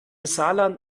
saarland